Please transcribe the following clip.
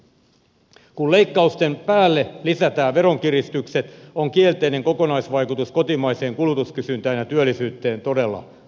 kun leikkausten päälle lisätään veronkiristykset on kielteinen kokonaisvaikutus kotimaiseen kulutuskysyntään ja työllisyyteen todella raju